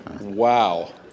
wow